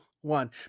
one